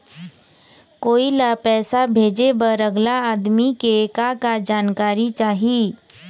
कोई ला पैसा भेजे बर अगला आदमी के का का जानकारी चाही?